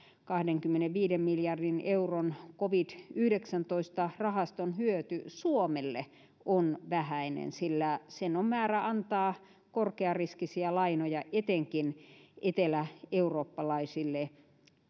kahdenkymmenenviiden miljardin euron covid yhdeksäntoista rahaston hyöty suomelle on vähäinen sillä sen on määrä antaa korkeariskisiä lainoja etenkin eteläeurooppalaisille